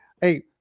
Hey